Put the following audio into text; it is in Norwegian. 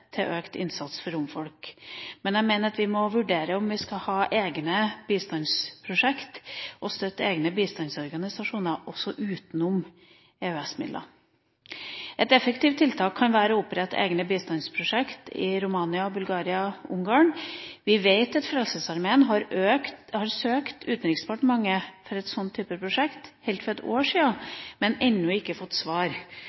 til økt innsats for romfolk, men jeg mener at vi må vurdere om vi skal ha egne bistandsprosjekter og støtte egne bistandsorganisasjoner også utenom EØS-midlene. Et effektivt tiltak kan være å opprette egne bistandsprosjekter i Romania, Bulgaria og Ungarn. Vi vet at Frelsesarmeen søkte Utenriksdepartementet om å få starte en slik type prosjekt allerede for ett år